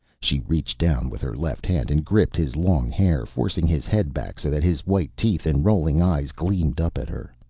she reached down with her left hand and gripped his long hair, forcing his head back so that his white teeth and rolling eyes gleamed up at her.